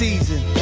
Season